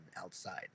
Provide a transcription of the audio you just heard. outside